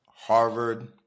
harvard